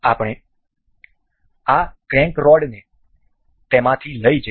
આપણે આ ક્રેન્ક રોડને તેમાંથી લઈ જઈશું